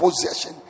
possession